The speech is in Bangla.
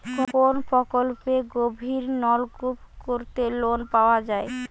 কোন প্রকল্পে গভির নলকুপ করতে লোন পাওয়া য়ায়?